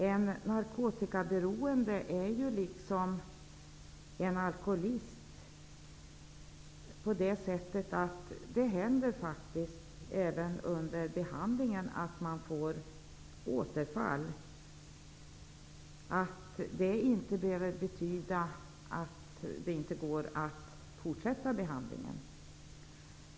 För narkotikaberoende händer det ju liksom för alkoholister ibland under behandlingen att de får återfall, men det behöver ju inte betyda att det inte går att fortsätta behandlingen.